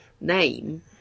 name